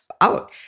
out